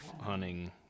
hunting